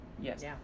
yes